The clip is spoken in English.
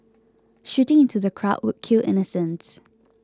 shooting into the crowd would kill innocents